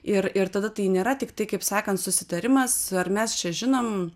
ir ir tada tai nėra tik tai kaip sakant susitarimas ar mes čia žinom